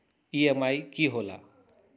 EMI की होला?